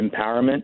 empowerment